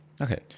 Okay